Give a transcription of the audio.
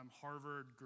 Harvard